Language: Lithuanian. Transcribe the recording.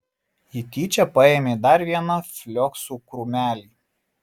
ji tyčia paėmė dar vieną flioksų krūmelį